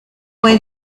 fue